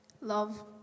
love